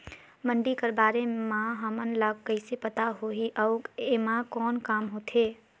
मंडी कर बारे म हमन ला कइसे पता होही अउ एमा कौन काम होथे?